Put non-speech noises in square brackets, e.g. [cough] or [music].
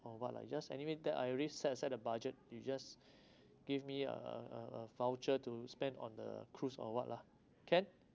or what lah just anyway that I already set aside a budget you just [breath] give me a voucher to spend on the cruise or what lah can